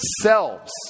selves